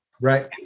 Right